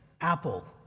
Apple